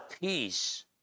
peace